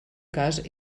cas